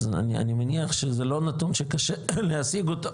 אז אני מניח שזה לא נתון שקשה להשיג אותו,